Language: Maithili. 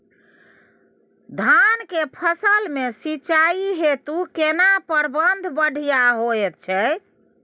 धान के फसल में सिंचाई हेतु केना प्रबंध बढ़िया होयत छै?